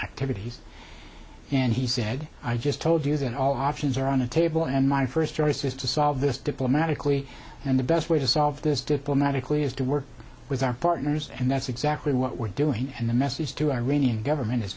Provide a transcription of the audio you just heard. activities and he said i just told you that all options are on the table and my first choice is to solve this diplomatically and the best way to solve this diplomatically is to work with our partners and that's exactly what we're doing and the message to iranian government is